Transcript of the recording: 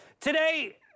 Today